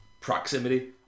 proximity